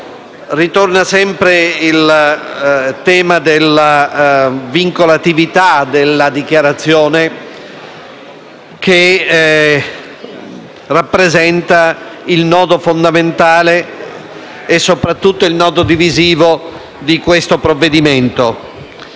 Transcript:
ritorna sempre il tema della vincolatività della dichiarazione, che rappresenta il nodo fondamentale e soprattutto divisivo del provvedimento